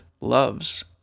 loves